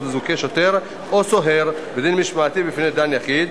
מזוכה שוטר או סוהר בדין משמעתי בפני דן יחיד.